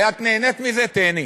את נהנית מזה, תיהני.